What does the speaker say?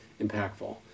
impactful